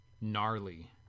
Gnarly